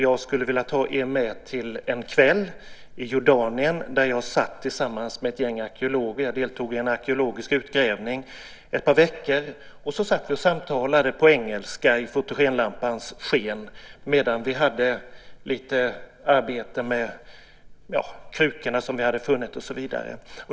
Jag skulle vilja ta er med till en kväll i Jordanien där jag satt tillsammans med ett gäng arkeologer. Jag deltog i en arkeologisk utgrävning i ett par veckor. Vi satt och samtalade på engelska i fotogenlampans sken medan vi hade lite arbete med de krukor som vi hade funnit och så vidare.